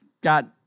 got